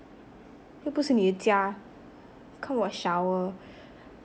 又不是你的家 come to shower